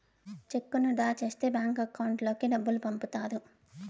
చెక్కును డ్రా చేస్తే bank account లోకి డబ్బులు పంపుతారు